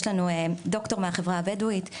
יש לנו ד"ר מהחברה הבדואית,